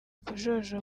kujojoba